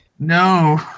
No